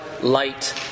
light